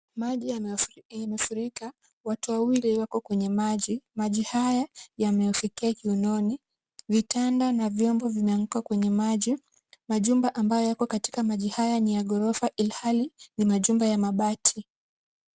Maji yamefurika. Watu wawili wako kwenye maji. Maji haya yamewafikia kiunoni. Vitanda na viombo vimeanguka kwenye maji. Majumba ambayo yako katika maji haya ni ya ghorofa ilhali ni majumba ya mabati.